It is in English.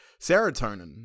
serotonin